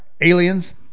aliens